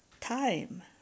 time